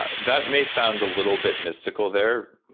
that may sound a little bit mystical there,